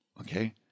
okay